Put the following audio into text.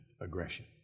aggression